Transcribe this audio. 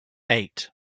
eight